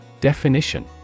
Definition